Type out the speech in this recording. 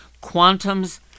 Quantum's